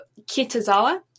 kitazawa